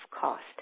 cost